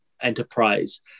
enterprise